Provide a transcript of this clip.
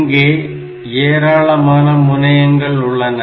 இங்கே ஏராளமான முனையங்கள் உள்ளன